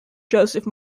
joseph